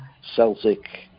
Celtic